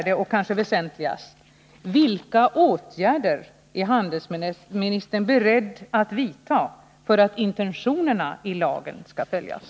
Det kanske väsentligaste: Vilka åtgärder är handelsministern beredd att vidta för att intentionerna i lagen skall följas?